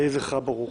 יהי זכרה ברוך.